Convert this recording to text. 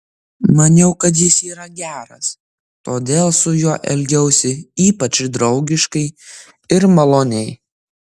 maniau kad jis yra geras todėl su juo elgiausi ypač draugiškai ir maloniai